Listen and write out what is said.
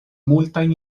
multajn